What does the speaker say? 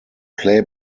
play